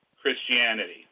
Christianity